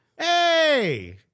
Hey